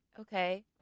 Okay